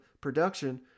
production